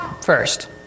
first